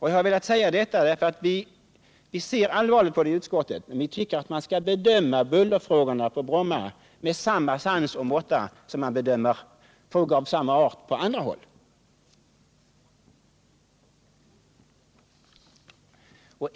Jag har velat säga detta därför att vi ser allvarligt på det i utskottet. Vi tycker att man skall bedöma bullerfrågan när det gäller Bromma med samma sans och måtta som man bedömer frågor av samma art på andra håll.